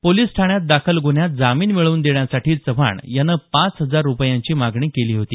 police ठाण्यात दाखल गुन्ह्यात जामिन मिळवून देण्यासाठी चव्हाण यानं पाच हजार रूपयांची मागणी केली होती